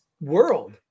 world